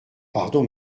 pardon